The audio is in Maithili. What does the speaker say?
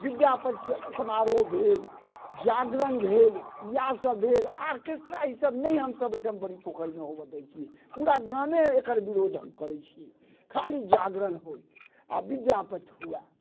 विद्यापति समारोह भेल जागरण भेल इएह सभ भेल आर्केस्ट्रा इसभ नहि हम सभ एहिठाम बड़ी पोखरिमे होबऽ दै छियै पूरा गामे एकर विरोध हम करै छिये खाली जागरण होइ आ विद्यापति हुए